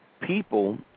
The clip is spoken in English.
people